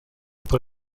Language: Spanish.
por